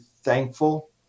thankful